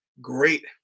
great